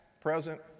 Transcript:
present